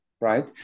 right